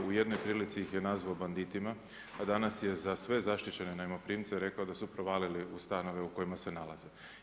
U jednoj prilici ih je nazvao banditima, a danas je za sve zaštićene najmoprimce rekao da su provalili u stanove u kojima se nalazi.